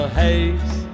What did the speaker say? haze